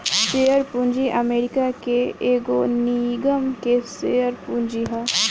share पूंजी America के एगो निगम के शेयर पूंजी ह